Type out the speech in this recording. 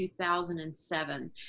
2007